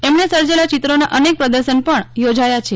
એમણે સજૈલાં ચિત્રોનાં અનેક પ્રદર્શન પણ યોજાયાં છે